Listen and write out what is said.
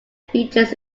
features